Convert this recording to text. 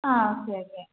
ആ okay okay